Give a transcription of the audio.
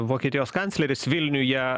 vokietijos kancleris vilniuje